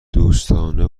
دوستانه